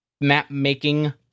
map-making